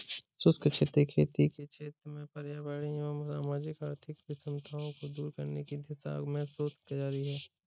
शुष्क क्षेत्रीय खेती के क्षेत्र में पर्यावरणीय एवं सामाजिक आर्थिक विषमताओं को दूर करने की दिशा में शोध जारी है